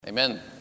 Amen